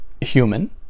human